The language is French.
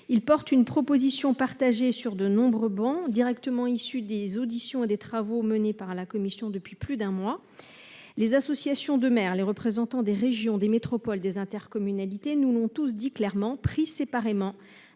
Il porte une proposition partagée sur de nombreuses travées, directement issue des auditions et des travaux que nous menons depuis plus d'un mois. Les associations de maires, les représentants des régions, des métropoles et des intercommunalités nous l'ont tous dit clairement : pris séparément,